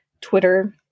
Twitter